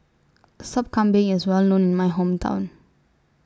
Sop Kambing IS Well known in My Hometown